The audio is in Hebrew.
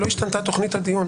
לא השתנתה תוכנית הדיון.